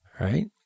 right